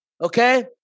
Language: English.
Okay